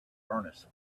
furnace